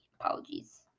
apologies